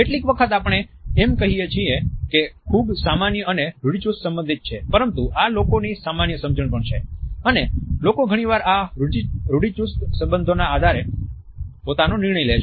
કેટલીક વખત આપણે એમ કહીએ છીએ કે તે ખૂબ સામાન્ય અને રૂઢિચુસ્ત સંબધિત છે પરંતુ આ લોકોની સામાન્ય સમજણ પણ છે અને લોકો ઘણીવાર આ જ રૂઢિચુસ્ત સંબંધોના આધારે પોતાનો નિર્ણય લે છે